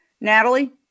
Natalie